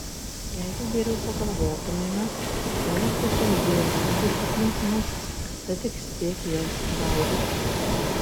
jeigu geriau pagalvotumėme temos tiesiog zuja ratais aplink mus tad tik spėk jas gaudyti